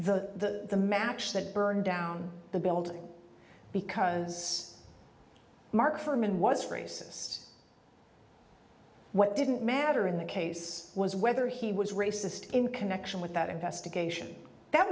and the match that burned down the building because mark fuhrman was racist what didn't matter in the case was whether he was racist in connection with that investigation that